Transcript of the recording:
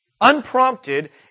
Unprompted